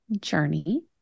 journey